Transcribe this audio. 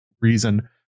reason